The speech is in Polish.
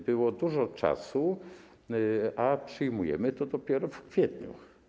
Było dużo czasu, a przyjmujemy to dopiero w kwietniu.